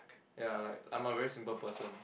ya like I'm a very simple person